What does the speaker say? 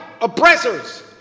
oppressors